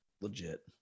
legit